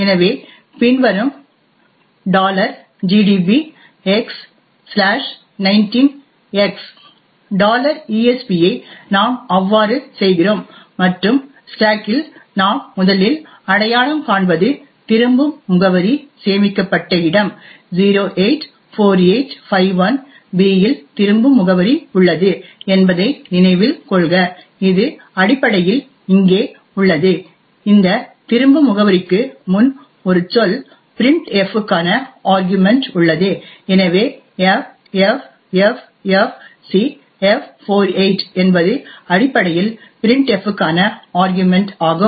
எனவே பின்வரும் gdbx19x esp ஐ நாம் அவ்வாறு செய்கிறோம் மற்றும் ஸ்டேக்கில் நாம் முதலில் அடையாளம் காண்பது திரும்பும் முகவரி சேமிக்கப்பட்ட இடம் 084851b இல் திரும்பும் முகவரி உள்ளது என்பதை நினைவில் கொள்க இது அடிப்படையில் இங்கே உள்ளது இந்த திரும்ப முகவரிக்கு முன் ஒரு சொல் printf க்கான ஆர்கியுமென்ட் உள்ளது எனவே ffffcf48 என்பது அடிப்படையில் printf க்கான ஆர்கியுமென்ட் ஆகும்